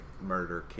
murder